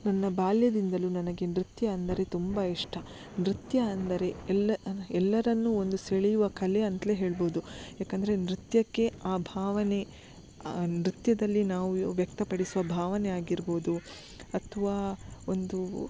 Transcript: ನನ್ನ ಬಾಲ್ಯದಿಂದಲೂ ನನಗೆ ನೃತ್ಯ ಅಂದರೆ ತುಂಬ ಇಷ್ಟ ನೃತ್ಯ ಅಂದರೆ ಎಲ್ಲ ಎಲ್ಲರನ್ನು ಒಂದು ಸೆಳೆಯುವ ಕಲೆ ಅಂತಲೇ ಹೇಳ್ಬೋದು ಯಾಕಂದರೆ ನೃತ್ಯಕ್ಕೆ ಆ ಭಾವನೆ ನೃತ್ಯದಲ್ಲಿ ನಾವು ವ್ಯಕ್ತಪಡಿಸುವ ಭಾವನೆ ಆಗಿರ್ಬೋದು ಅಥ್ವಾ ಒಂದು